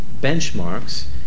benchmarks